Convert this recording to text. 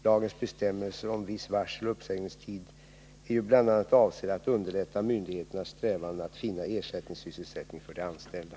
Lagens bestämmelser om viss varseloch uppsägningstid är ju bl.a. avsedda att underlätta myndigheternas strävanden att finna ersättningssysselsättning för de anställda.